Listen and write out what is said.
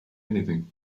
anything